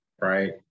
right